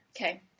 Okay